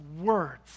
words